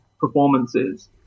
performances